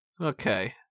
Okay